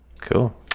cool